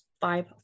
five